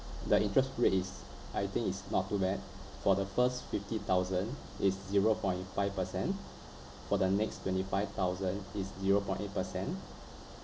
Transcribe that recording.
the interest rate is I think is not too bad for the first fifty thousand is zero point five percent for the next twenty five thousand is zero point eight percent